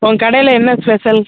உங்கள் கடையில் என்ன ஸ்பெசல்